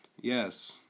Yes